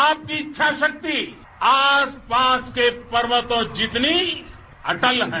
आपकी इच्छा शक्ति आस पास के पर्वतों जितनी अटल है